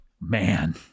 Man